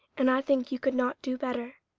and i think you could not do better.